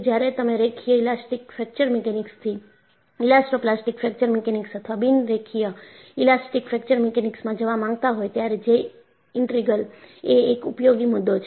જ્યારે તમે રેખીય ઈલાસ્ટીક ફ્રેક્ચર મિકેનિક્સ થી ઈલાસ્ટોપ્લાસ્ટીક ફ્રેક્ચર મિકેનિક્સ અથવા બિન રેખીય ઈલાસ્ટીક ફ્રેક્ચર મિકેનિક્સમાં જવા માંગતા હોય ત્યારે જે ઇનટીગ્રલJ ઈન્ટીગ્રલ એ એક ઉપયોગી મુદ્દો છે